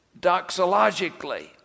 doxologically